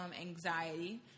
anxiety